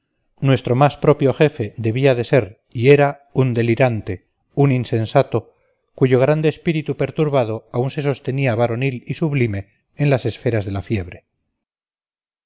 nuestro más propio jefe debía de ser y era un delirante un insensato cuyo grande espíritu perturbado aún se sostenía varonil y sublime en las esferas de la fiebre